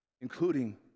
including